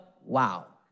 wow